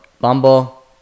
Bumble